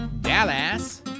Dallas